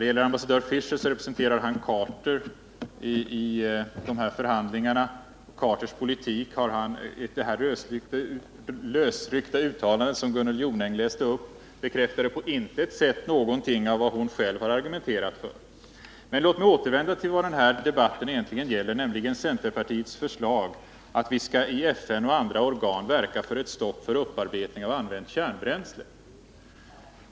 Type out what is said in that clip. Vad gäller ambassadör Fisher så representerade han president Carter och dennes politik vid de här förhandlingarna, och det lösryckta uttalande som Gunnel Jonäng läste upp bekräftade på intet sätt någonting av vad hon själv har argumenterat för. Låt mig återvända till vad den här debatten egentligen gäller, nämligen centerpartiets förslag att Sverige i FN och andra organ skall verka för ett stopp av upparbetning av använt kärnbränsle.